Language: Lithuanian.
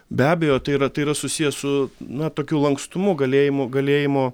be abejo tai yra tai yra susiję su na tokiu lankstumu galėjimu galėjimo